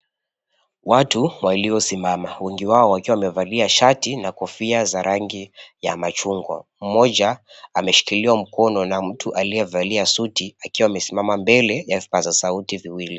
Watu waliosimama wengi wao wakiwa wamevalia shati na kofia za rangi ya machungwa. Mmoja ameshikiliwa mkono na mtu aliyevalia suti akiwa amesimama mbele ya vipaza sauti viwili.